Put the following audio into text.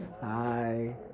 Hi